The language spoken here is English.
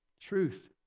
Truth